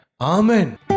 Amen